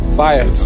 fire